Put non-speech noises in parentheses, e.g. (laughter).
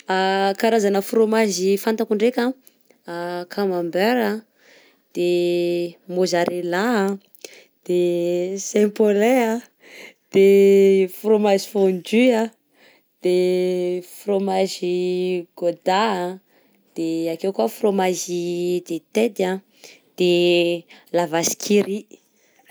(hesitation) Karazana frômazy fantako ndraika: (hesitation) camambert, (hesitation) mozzarela, de (noise) de saint (laughs) paulin a, de frômazy fôndu a, de frômazy (hesitation) gôda, de ake koa frômazy de de tête a, de la vache qui rit.